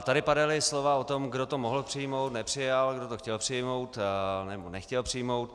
Tady padala slova o tom, kdo to mohl přijmout, nepřijal, kdo to chtěl přijmout, nebo nechtěl přijmout.